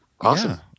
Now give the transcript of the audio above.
Awesome